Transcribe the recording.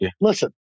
listen